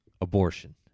abortion